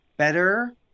Better